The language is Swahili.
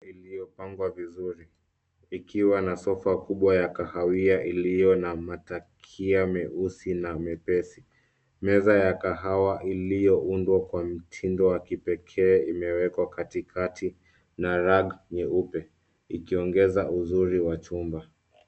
Iliyopangwa vizuri. Ikiwa na sofa kubwa ya kahawia iliyo na matakia meusi na mepesi. Meza ya kahawa iliyoundwa kwa mtindo wa kipekee imewekwa katikati na rack nyeupe. Ikiongeza uzuri wa chumba.